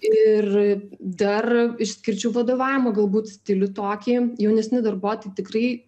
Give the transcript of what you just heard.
ir dar išskirčiau vadovavimą galbūt stilių tokį jaunesni darbuotojai tikrai